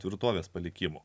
tvirtovės palikimo